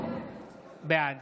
בעד